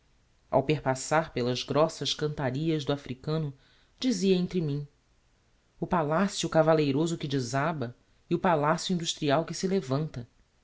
ao perpassar pelas grossas cantarias do africano dizia entre mim o palacio cavalleiroso que desaba e o palacio industrial que se levanta